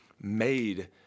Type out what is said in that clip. made